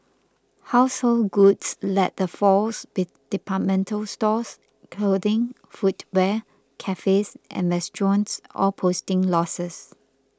household goods led the falls with departmental stores clothing footwear cafes and restaurants all posting losses